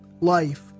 life